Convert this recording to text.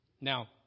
Now